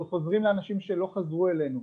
אנחנו חוזרים לאנשים שלא חזרו אלינו.